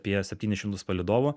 apie septynis šimtus palydovų